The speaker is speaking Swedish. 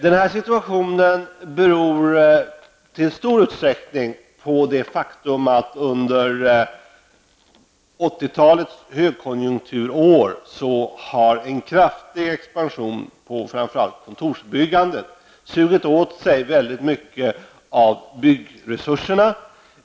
Den situationen beror i stor utsträckning på det faktum att under 1980-talets högkonjunkturår en kraftig expansion av framför allt kontorsbyggandet har sugit åt sig en stor del av byggresurserna.